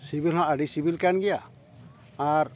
ᱥᱤᱵᱤᱞ ᱦᱚᱸ ᱟᱹᱰᱤ ᱥᱤᱵᱤᱞ ᱠᱟᱱ ᱜᱮᱭᱟ ᱟᱨ